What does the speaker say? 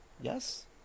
Yes